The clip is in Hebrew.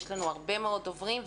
יש לנו הרבה מאוד דוברים,